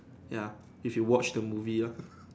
ya if you watch the movie lor